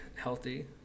healthy